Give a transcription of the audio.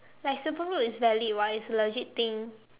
like super glue is valid [what] it's a legit thing